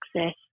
access